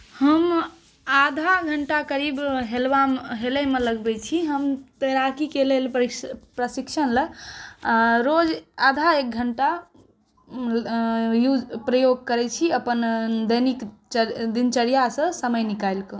हम आधा घण्टा करीब हेलबामे हेलैमे लगबै छी हम तैराकीके लेल प्रशिक्षणलए रोज आधा एक घण्टा यूज प्रयोग करै छी अपन दैनिक दिनचर्यासँ समय निकालिकऽ